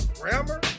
grammar